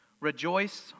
Rejoice